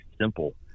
simple